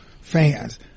fans